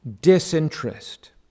disinterest